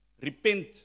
repent